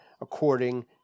according